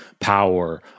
power